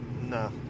no